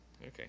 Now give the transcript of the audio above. Okay